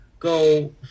go